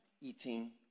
eating